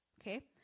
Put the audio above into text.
Okay